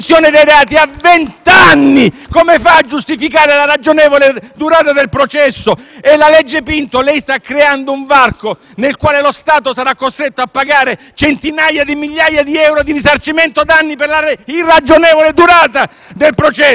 vent'anni: come fa a giustificare la ragionevole durata del processo? E la legge Pinto? Lei sta creando un varco nel quale lo Stato sarà costretto a pagare centinaia di migliaia di euro di risarcimento danni per la irragionevole durata del processo.